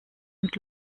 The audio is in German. und